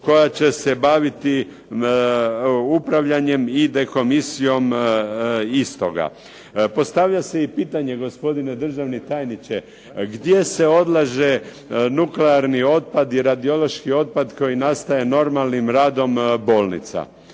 koja će se baviti upravljanjem i dekomisijom istoga. Postavlja se i pitanje, gospodine državni tajniče, gdje se odlaže nuklearni otpad i radiološki otpad koji nastaje normalnim radom bolnica.